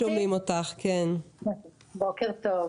בוקר טוב.